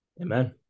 Amen